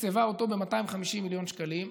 שתקצבה אותו ב-250 מיליון שקלים,